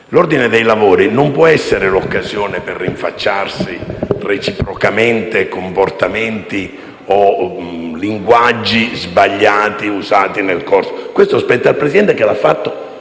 L'ordine dei lavori non può essere l'occasione per rinfacciarsi reciprocamente comportamenti o linguaggi sbagliati usati. Questo spetta al Presidente, che lo ha fatto